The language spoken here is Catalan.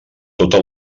tota